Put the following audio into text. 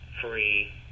free